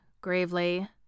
gravely